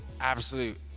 absolute